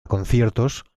conciertos